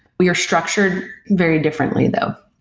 we are structured very differently though.